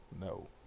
no